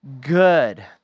good